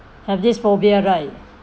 have this phobia right